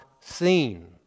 seen